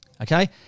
okay